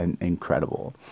incredible